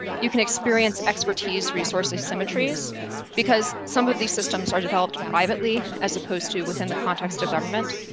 you can experience expertise resource asymmetries because some of these systems are developed privately as opposed to within the context of government.